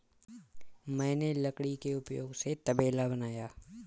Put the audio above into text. मैंने लकड़ी के उपयोग से तबेला बनाया